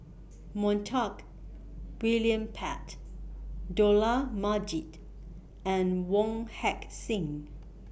Montague William Pett Dollah Majid and Wong Heck Sing